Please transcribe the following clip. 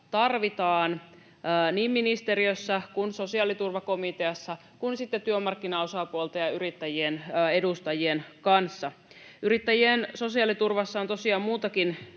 tarvitaan niin ministeriössä kuin sosiaaliturvakomiteassa kuin sitten työmarkkinaosapuolten ja yrittäjien edustajien kanssa. Yrittäjien sosiaaliturvassa on tosiaan muutakin